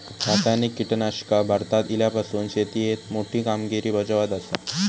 रासायनिक कीटकनाशका भारतात इल्यापासून शेतीएत मोठी कामगिरी बजावत आसा